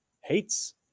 hates